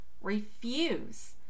Refuse